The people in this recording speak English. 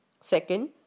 Second